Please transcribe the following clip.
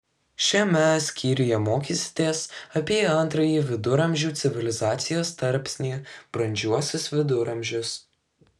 šiame skyriuje mokysitės apie antrąjį viduramžių civilizacijos tarpsnį brandžiuosius viduramžius